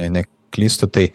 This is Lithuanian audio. jei neklystu tai